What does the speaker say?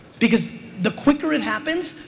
because the quicker it happens,